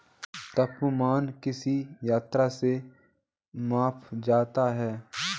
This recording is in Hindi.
तापमान किस यंत्र से मापा जाता है?